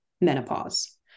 menopause